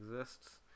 exists